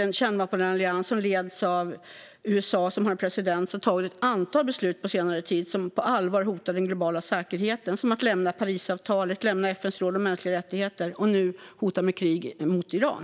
Det är en kärnvapenallians som leds av USA, som har en president som på senare tid har tagit ett antal beslut som på allvar hotar den globala säkerheten, som att lämna Parisavtalet och FN:s råd för mänskliga rättigheter, och nu hotar med krig mot Iran.